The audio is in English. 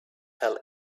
fell